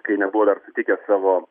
kai nebuvo dar sutikęs savo